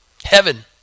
heaven